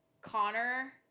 Connor